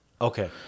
Okay